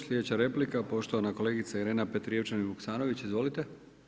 Sljedeća replika poštovana kolegica Irena Petrijevčanin Vuksanović, izvolite.